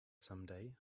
someday